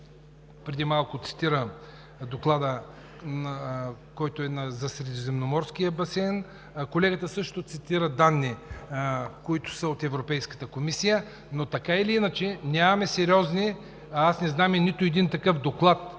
преди малко цитира Доклада, който е за Средиземноморския басейн, а колегата също цитира данни, които са от Европейската комисия, но аз не знам за нито един такъв доклад